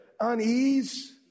unease